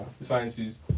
sciences